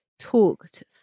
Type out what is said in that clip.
talked